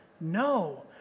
No